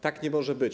Tak nie może być.